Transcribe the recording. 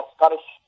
Scottish